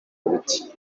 uruti